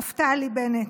נפתלי בנט.